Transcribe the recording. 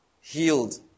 healed